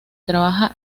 trabaja